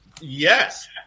Yes